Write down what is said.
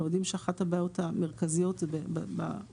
אנחנו יודעים שאחת הבעיות המרכזיות זה במלאי.